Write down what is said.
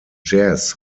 jazz